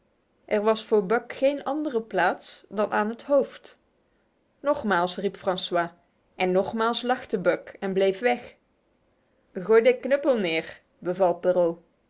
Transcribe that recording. er was voor buck geen andere plaats dan aan het hoofd nogmaals riep francois en nogmaals lachte buck en bleef weg gooi de knuppel neer beval